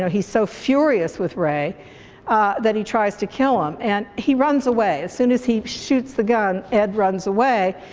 he's so furious with ray that he tries to kill him and he runs away as soon as he shoots the gun, ed runs away.